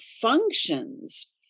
functions